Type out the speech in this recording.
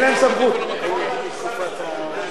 בוודאי יש להם סמכות, לכל הריסה צריך היתר בנייה.